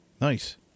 Nice